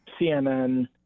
CNN